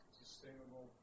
sustainable